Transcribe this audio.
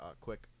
quick